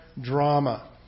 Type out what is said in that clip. drama